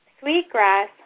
sweetgrass